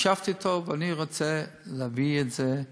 ישבתי אתו ואמרתי לו שאני רוצה להביא את זה לארץ.